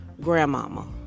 grandmama